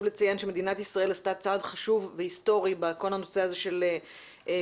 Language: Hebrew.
חשוב לציין שמדינת ישראל עשתה צעד חשוב והיסטורי בכל הנושא הזה של זנות.